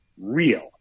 real